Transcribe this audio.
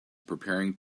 preparing